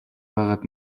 байгаад